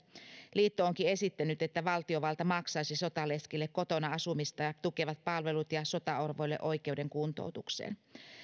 liitto onkin esittänyt että valtiovalta maksaisi sotaleskille kotona asumista tukevat palvelut ja sotaorvoille oikeuden kuntoutukseen